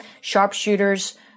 sharpshooters